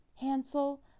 Hansel